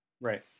right